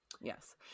yes